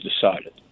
decided